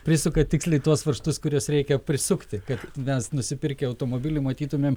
prisuka tiksliai tuos varžtus kur juos reikia prisukti kad mes nusipirkę automobilį matytumėm